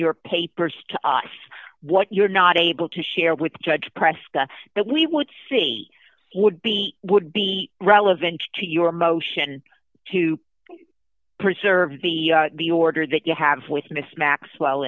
your papers to us what you're not able to share with judge prescott that we would see would be would be relevant to your motion to preserve the the order that you have with mrs maxwell